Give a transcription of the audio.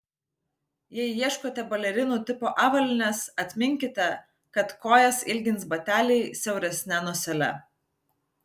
jei ieškote balerinų tipo avalynės atminkite kad kojas ilgins bateliai siauresne nosele